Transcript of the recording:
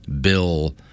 bill